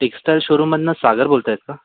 textile शोरूममधनं सागर बोलत आहेत का